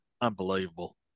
unbelievable